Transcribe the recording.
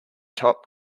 top